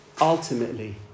ultimately